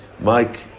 Mike